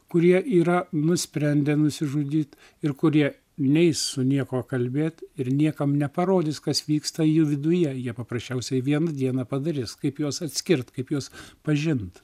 kurie yra nusprendę nusižudyt ir kurie neis su niekuo kalbėt ir niekam neparodys kas vyksta jų viduje jie paprasčiausiai vieną dieną padarys kaip juos atskirt kaip juos pažint